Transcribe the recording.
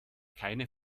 keine